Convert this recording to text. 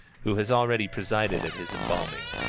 who has already presided at his embalming.